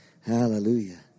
Hallelujah